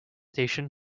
station